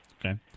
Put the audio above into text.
Okay